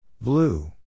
Blue